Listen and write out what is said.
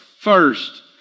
First